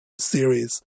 series